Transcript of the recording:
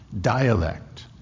dialect